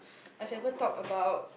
I've ever talk about